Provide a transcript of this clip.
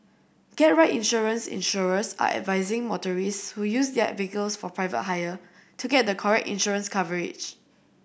get right insurance Insurers are advising motorists who use their vehicles for private hire to get the correct insurance coverage